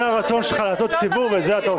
זה הרצון שלך להטעות את הציבור, ואת זה אתה עושה.